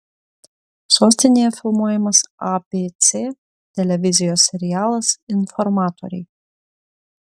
sostinėje filmuojamas abc televizijos serialas informatoriai